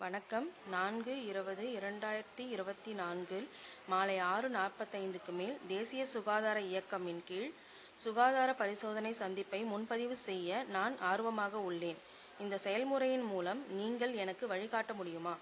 வணக்கம் நான்கு இருபது இரண்டாயிரத்தி இருபத்தி நான்கில் மாலை ஆறு நாற்பத்தைந்துக்கு மேல் தேசிய சுகாதார இயக்கம் இன் கீழ் சுகாதார பரிசோதனை சந்திப்பை முன்பதிவு செய்ய நான் ஆர்வமாக உள்ளேன் இந்த செயல்முறையின் மூலம் நீங்கள் எனக்கு வழிகாட்ட முடியுமா